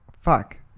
Fuck